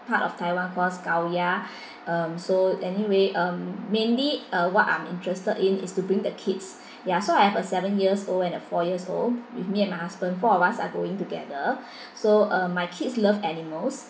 part of taiwan calls gaoya um so anyway um mainly uh what I'm interested in is to bring the kids ya so I have a seven years old and a four years old with me and my husband four of us are going together so uh my kids love animals